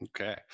Okay